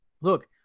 look